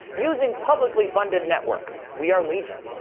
using publicly funded networks. we are legion.